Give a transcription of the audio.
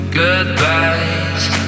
goodbyes